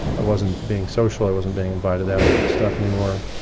i wasn't being social, i wasn't being invited out to stuff anymore,